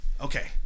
Okay